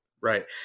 Right